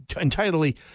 entirely